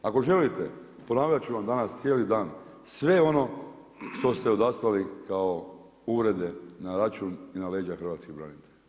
Ako želite, ponavljati ću vam danas cijeli dan sve ono što ste odaslali kao uvrede na račun i na leđa hrvatskih branitelja.